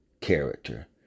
character